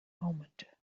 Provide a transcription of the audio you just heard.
moment